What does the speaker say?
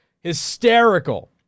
hysterical